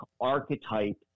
archetype